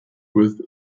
with